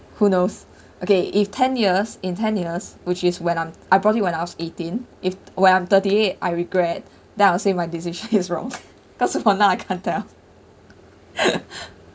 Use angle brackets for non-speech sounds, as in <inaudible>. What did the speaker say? who knows okay if ten years in ten years which is when I'm I bought it when I was eighteen if where I'm thirty eight I regret then I'll say my decision is wrong <laughs> cause of now I can't tell <laughs>